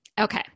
Okay